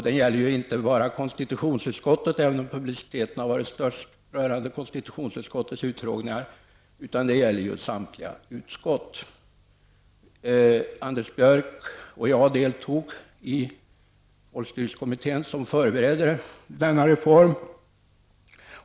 Det gäller inte bara konstitutionsutskottet, även om publiciteten varit störst beträffande konstitutionsutskottets utfrågningar, utan det gäller samtliga utskott. Anders Björck och jag deltog i folkstyrelsekommittén som förberedde denna reform.